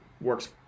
works